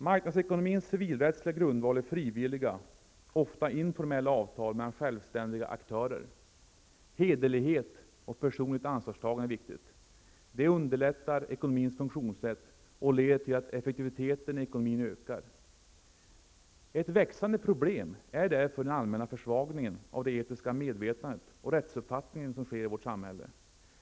Marknadsekonomins civilrättsliga grundval är frivilliga, ofta informella, avtal mellan självständiga aktörer. Hederlighet och personligt ansvarstagande är viktigt. Det underlättar ekonomins funktionssätt och leder till att effektiviteten i ekonomin ökar. Ett växande problem är därför den allmänna försvagningen av det etiska medvetandet och rättsuppfattningen som sker i vårt samhälle.